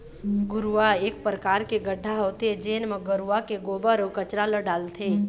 घुरूवा ह एक परकार के गड्ढ़ा होथे जेन म गरूवा के गोबर, अउ कचरा ल डालथे